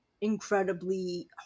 incredibly